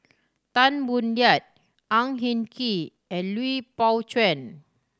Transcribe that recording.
Tan Boo Liat Ang Hin Kee and Lui Pao Chuen